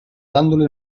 dándole